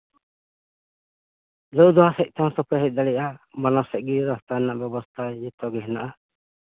ᱞᱟᱹᱣ ᱫᱚᱦᱟ ᱥᱮᱫ ᱛᱮᱦᱚᱸ ᱛᱚᱯᱮ ᱦᱮᱡ ᱫᱟᱲᱮᱣᱟᱜᱼᱟ ᱵᱟᱱᱟᱨ ᱥᱮᱫ ᱜᱮ ᱨᱟᱥᱛᱟ ᱨᱮᱱᱟᱜ ᱵᱮᱵᱚᱥᱛᱟ ᱡᱚᱛᱚ ᱜᱮ ᱢᱮᱱᱟᱜᱼᱟ